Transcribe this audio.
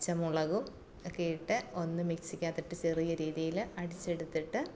പച്ചമുളകും ഒക്കെ ഇട്ട് ഒന്ന് മിക്സിക്ക് അകത്തിട്ട് ചെറിയ രീതിയിൽ അടിച്ചെടുത്തിട്ട്